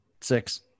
Six